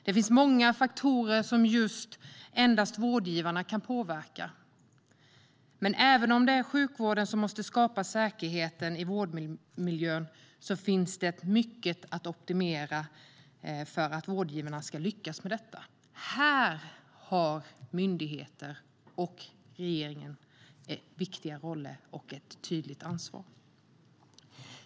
Det finns många faktorer som endast vårdgivarna kan påverka. Men även om det är sjukvården som måste skapa säkerheten i vårdmiljön finns det mycket att optimera för att vårdgivarna ska lyckas med detta. Här har regering och myndigheter viktiga roller och ett tydligt ansvar.